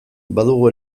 badugu